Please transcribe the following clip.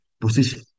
position